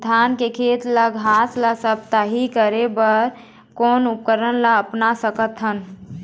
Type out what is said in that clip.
धान के खेत ले घास ला साप्ताहिक करे बर कोन उपकरण ला अपना सकथन?